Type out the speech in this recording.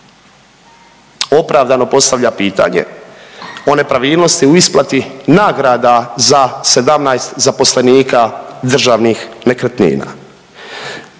opravdano postavlja pitanje o nepravilnosti u isplati nagrada za 17 zaposlenika Državnih nekretnina.